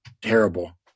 terrible